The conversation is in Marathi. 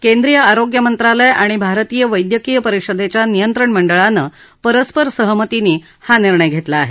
केट्रींय आरोग्य मंत्रालय आणि भारतीय वैद्यकीय परिषदेच्या नियंत्रण मंडळानं परस्पर सहमतीने हा निर्णय घेतला आहे